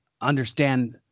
understand